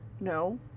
no